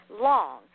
long